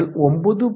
நீங்கள் 9